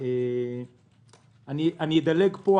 אני אדלג כאן.